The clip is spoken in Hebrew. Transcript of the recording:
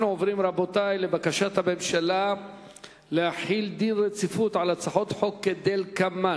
אנחנו עוברים לבקשת הממשלה להחיל דין רציפות על הצעות חוק כדלקמן: